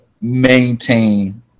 maintain